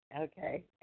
Okay